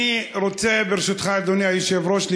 אדוני היושב-ראש,